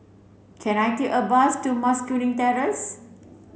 can I take a bus to Mas Kuning Terrace